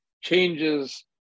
changes